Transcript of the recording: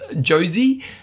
Josie